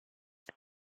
ses